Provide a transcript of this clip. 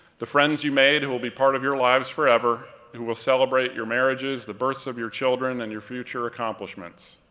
the friends you made who will be part of your lives forever, who will celebrate your marriages, the births of your children, and your future accomplishments.